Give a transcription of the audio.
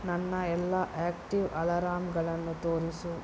ನನ್ನ ಎಲ್ಲ ಆ್ಯಕ್ಟಿವ್ ಅಲಾರಾಂಗಳನ್ನು ತೋರಿಸು